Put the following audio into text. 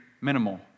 minimal